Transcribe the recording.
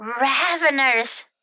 ravenous